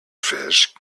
fish